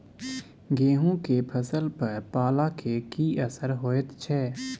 गेहूं के फसल पर पाला के की असर होयत छै?